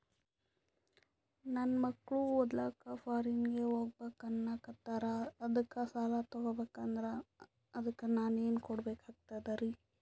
ನನ್ನ ಮಕ್ಕಳು ಓದ್ಲಕ್ಕ ಫಾರಿನ್ನಿಗೆ ಹೋಗ್ಬಕ ಅನ್ನಕತ್ತರ, ಅದಕ್ಕ ಸಾಲ ತೊಗೊಬಕಂದ್ರ ಅದಕ್ಕ ಏನ್ ಕೊಡಬೇಕಾಗ್ತದ್ರಿ?